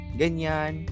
ganyan